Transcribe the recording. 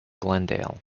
glendale